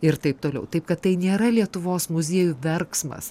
ir taip toliau taip kad tai nėra lietuvos muziejų verksmas